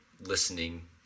listening